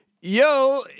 Yo